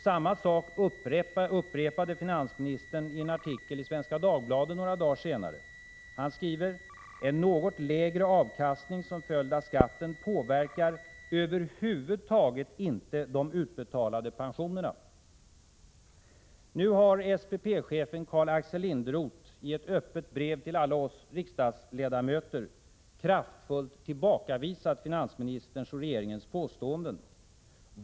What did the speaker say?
Samma sak upprepade finansministern i en artikel i Svenska Dagbladet några dagar senare: ”En något lägre avkastning som följd av skatten påverkar över huvud taget inte de utbetalade pensionerna.” Nu har SPP-chefen Karl-Axel Linderoth i ett öppet brev till oss riksdagsledamöter kraftfullt tillbakavisat finansministerns och regeringens påståenden.